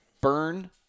burn